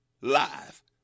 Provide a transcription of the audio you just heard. live